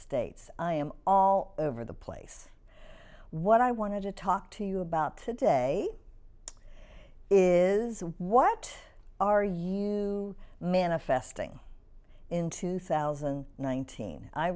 states all over the place what i want to talk to you about today is what are you manifesting in two thousand nineteen i